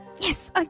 Yes